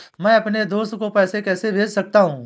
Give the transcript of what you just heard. मैं अपने दोस्त को पैसे कैसे भेज सकता हूँ?